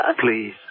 please